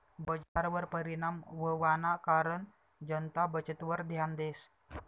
बजारवर परिणाम व्हवाना कारण जनता बचतवर ध्यान देस